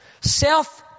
self